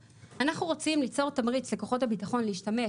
רוצים ליצור תמריץ לכוחות הביטחון להשתמש